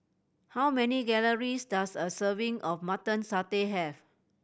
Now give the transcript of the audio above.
how many calories does a serving of Mutton Satay have